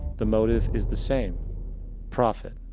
the motive is the same profit.